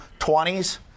20s